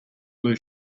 blue